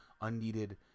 unneeded